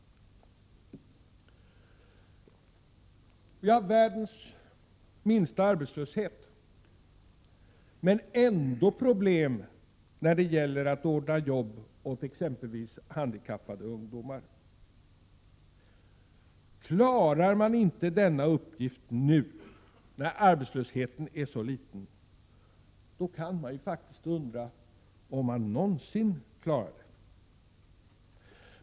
Vi har världens minsta arbetslöshet — men ändå problem när det gäller att ordna jobb åt exempelvis handikappade ungdomar. Klarar vi inte denna uppgift nu, när arbetslösheten är så liten — då kan man faktiskt undra om vi någonsin klarar den.